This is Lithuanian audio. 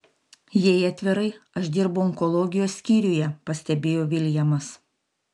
jei atvirai aš dirbu onkologijos skyriuje pastebėjo viljamas